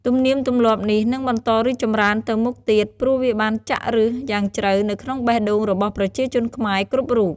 ទំនៀមទម្លាប់នេះនឹងបន្តរីកចម្រើនទៅមុខទៀត ព្រោះវាបានចាក់ឫសយ៉ាងជ្រៅនៅក្នុងបេះដូងរបស់ប្រជាជនខ្មែរគ្រប់រូប។